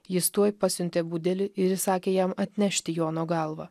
jis tuoj pasiuntė budelį ir įsakė jam atnešti jono galvą